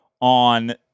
on